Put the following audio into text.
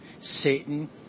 Satan